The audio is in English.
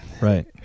right